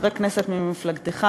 חברי כנסת ממפלגתך,